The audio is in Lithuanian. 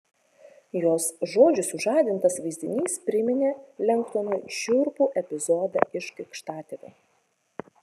jos žodžių sužadintas vaizdinys priminė lengdonui šiurpų epizodą iš krikštatėvio